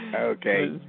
Okay